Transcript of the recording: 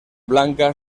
blanca